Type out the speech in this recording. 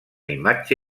imatge